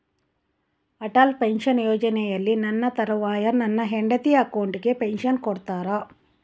Atal pension ಯೋಜನೆಯಲ್ಲಿ ನನ್ನ ತರುವಾಯ ನನ್ನ ಹೆಂಡತಿ ಅಕೌಂಟಿಗೆ ಪೆನ್ಶನ್ ಕೊಡ್ತೇರಾ?